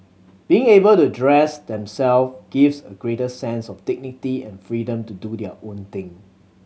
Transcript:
being able to dress themselves gives a greater sense of dignity and freedom to do their own thing